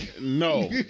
No